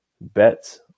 Bet